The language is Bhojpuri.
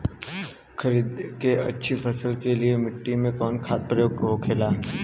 खरीद के अच्छी फसल के लिए मिट्टी में कवन खाद के प्रयोग होखेला?